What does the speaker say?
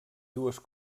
dues